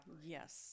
yes